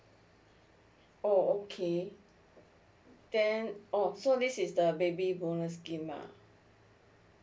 oh okay then oh so this is the baby bonus scheme mah